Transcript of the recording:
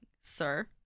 sir